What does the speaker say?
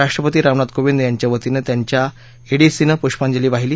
राष्ट्रपति रामनाथ कोविंद यांच्या वतीनत्यांच्या एडीसीनं पुष्पांजली वाहिली